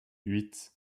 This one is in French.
huit